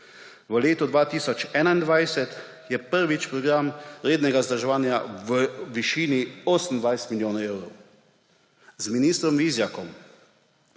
V letu 2021 je prvič program rednega vzdrževanja v višini 28 milijonov evrov. Z ministrom Vizjakom